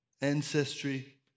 ancestry